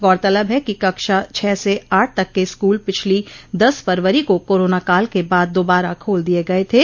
गौरतलब है कि कक्षा छह से आठ तक के स्कूल पिछली दस फरवरी को कोरोना काल के बाद दोबारा खोल दिये गये थे